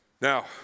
Now